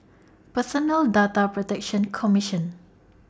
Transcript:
Personal Data Protection Commission